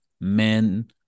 men